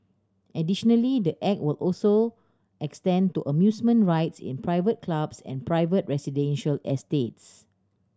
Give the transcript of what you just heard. additionally the Act will also extend to amusement rides in private clubs and private residential estates